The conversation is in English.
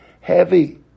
heavy